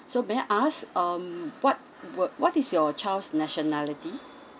so may I ask um what were what is your child's nationality